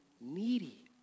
needy